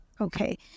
Okay